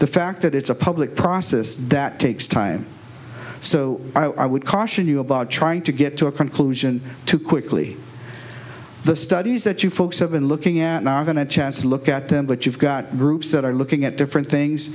the fact that it's a public process that takes time so i would caution you about trying to get to a conclusion too quickly the studies that you folks have been looking at now are going to chance to look at them but you've got groups that are looking at different things